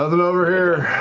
and over here.